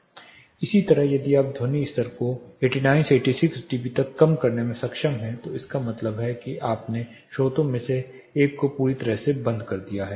इसी तरह यदि आप ध्वनि स्तर को 89 से 86 डीबी तक कम करने में सक्षम हैं तो इसका मतलब है कि आपने स्रोतों में से एक को पूरी तरह से बंद कर दिया है